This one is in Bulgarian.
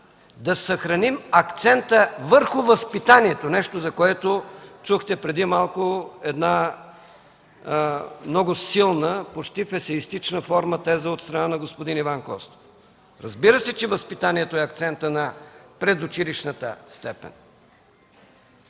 да съхраним акцента върху възпитанието – нещо, за което преди малко чухте една много силна, почти в есеистична форма теза от страна на господин Иван Костов. Разбира се, че възпитанието е акцентът на предучилищната степен.